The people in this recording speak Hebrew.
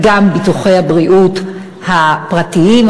וגם ביטוחי הבריאות הפרטיים,